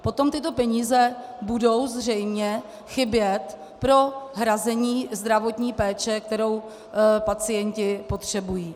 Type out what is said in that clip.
Potom tyto peníze budou zřejmě chybět pro hrazení zdravotní péče, kterou pacienti potřebují.